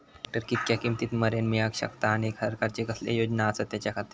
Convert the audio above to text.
Tractor कितक्या किमती मरेन मेळाक शकता आनी सरकारचे कसले योजना आसत त्याच्याखाती?